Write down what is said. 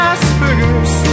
Asperger's